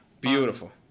Beautiful